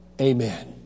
amen